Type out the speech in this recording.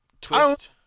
twist